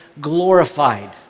glorified